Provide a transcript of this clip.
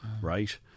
right